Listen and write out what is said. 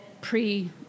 pre